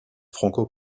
franco